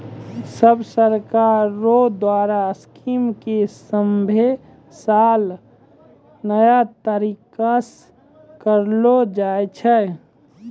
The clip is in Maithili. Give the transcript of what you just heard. सब सरकार रो द्वारा स्कीम के सभे साल नया तरीकासे करलो जाए छै